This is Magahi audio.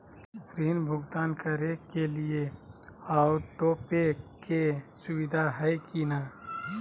ऋण भुगतान करे के लिए ऑटोपे के सुविधा है की न?